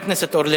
(מס' 19)